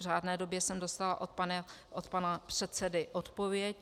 V řádné době jsem dostala od pana předsedy odpověď.